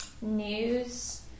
news